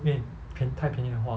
因为便太便宜的话